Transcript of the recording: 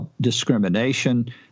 discrimination